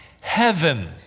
heaven